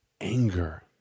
anger